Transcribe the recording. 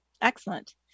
Excellent